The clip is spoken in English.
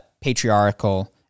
patriarchal